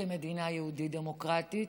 כמדינה יהודית דמוקרטית,